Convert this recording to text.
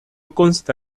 consta